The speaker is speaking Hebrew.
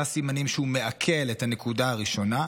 סימנים שהוא מעכל את הנקודה הראשונה,